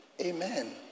Amen